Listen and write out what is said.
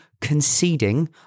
conceding